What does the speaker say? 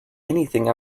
anything